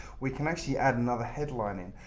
we can actually add another headline in.